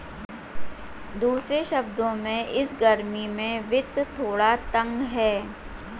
दूसरे शब्दों में, इस गर्मी में वित्त थोड़ा तंग है